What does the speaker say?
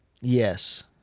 Yes